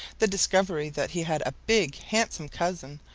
the discovery that he had a big, handsome cousin,